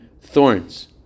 thorns